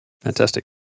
Fantastic